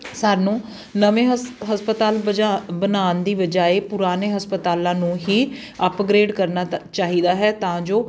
ਸਾਨੂੰ ਨਵੇਂ ਹਸ ਹਸਪਤਾਲ ਬਜਾ ਬਣਾਉਣ ਦੀ ਬਜਾਏ ਪੁਰਾਣੇ ਹਸਪਤਾਲਾਂ ਨੂੰ ਹੀ ਅਪਗ੍ਰੇਡ ਕਰਨਾ ਤਾ ਚਾਹੀਦਾ ਹੈ ਤਾਂ ਜੋ